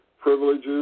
privileges